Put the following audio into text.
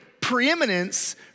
preeminence